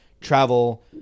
travel